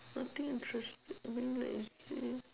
nothing interesting being lazy